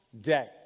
day